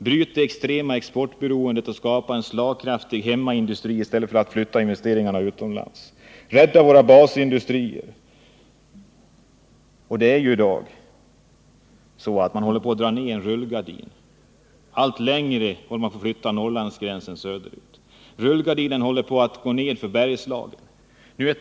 Bryt det extrema exportberoendet och skapa en slagkraftig hemmaindustri i stället för att flytta investeringarna utomlands! Rädda våra basindustrier! Som en rullgardin dras den s.k. Norrlandsgränsen allt längre söderut. Rullgardinen håller nu på att gå ned även för Bergslagen.